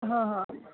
हा हा